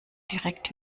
direkt